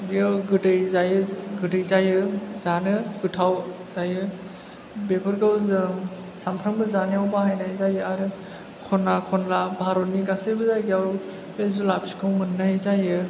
बियो गोदै जायो गोदै जायो जानो गोथाव जायो बेफोरखौ जों सामफ्रामबो जानायाव बाहायनाय जायो आरो ख'ना खनला भारतनि गासैबो जायगायाव बे जुलाफिखौ मोननाय जायो